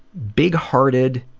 big-hearted,